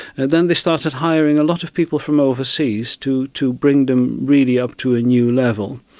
and then they started hiring a lot of people from overseas to to bring them really up to a new level.